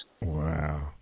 Wow